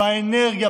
באנרגיה,